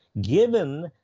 given